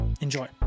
enjoy